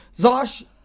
Zosh